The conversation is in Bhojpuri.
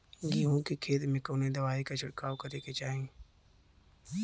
गेहूँ के खेत मे कवने दवाई क छिड़काव करे के चाही?